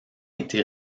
été